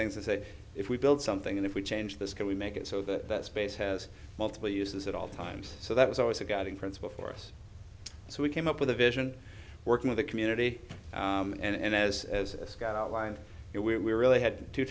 things and say if we build something and if we change this can we make it so that that space has multiple uses at all times so that was always a guiding principle for us so we came up with a vision working with a community and as as a scout outline it we really had t